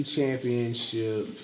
Championship